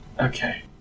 Okay